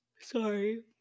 Sorry